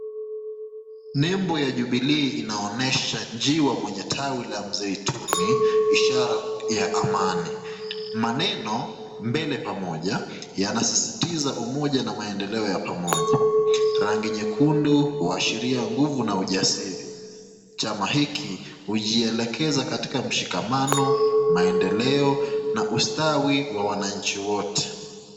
Nembo ya Jubilee inaonyesha jiwe mwenye tawi la mzeituni ishara ya amani. Maneno, "mbele pamoja" yanasisitiza umoja na maendeleo ya pamoja. Rangi nyekundu huashiria nguvu na ujasiri. Chama hiki hujielekeza katika mshikamano, maendeleo na ustawi wa wananchi wote.